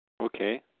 Okay